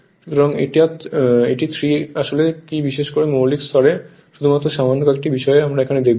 সুতরাং এটা আসলে কি বিশেষ করে মৌলিক স্তরে শুধুমাত্র সামান্য কয়েকটি বিষয়ে আমরা এখানে দেখবো